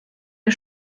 der